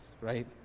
right